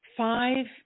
Five